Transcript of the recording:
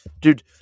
dude